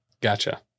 Gotcha